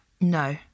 No